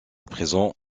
présent